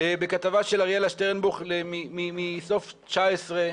בכתבה של אריאלה שטרנבוך מסוף 19'